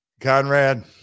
Conrad